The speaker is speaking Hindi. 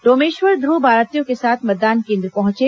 डोमेश्वर ध्र्व बारातियों के साथ मतदान केन्द्र पहुंचे